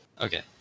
Okay